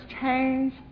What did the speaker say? change